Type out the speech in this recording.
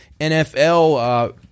NFL